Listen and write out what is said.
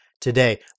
today